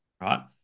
right